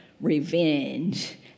revenge